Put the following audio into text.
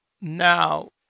now